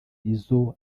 izo